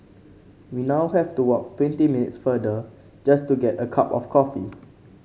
we now have to walk twenty minutes farther just to get a cup of coffee